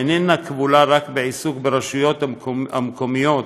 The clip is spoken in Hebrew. ואינה כבולה רק לעיסוק ברשויות המקומיות